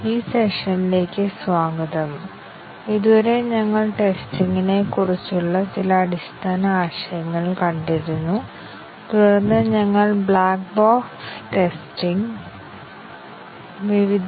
ഈ സെഷനിലേക്ക് സ്വാഗതം പാത്ത് പരിശോധനയെക്കുറിച്ച് ഞങ്ങൾ ചർച്ച ചെയ്യും